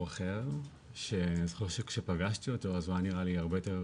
אחר אני זוכר שכשפגשתי אותו אז הוא היה נראה לי הרבה יותר